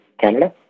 Canada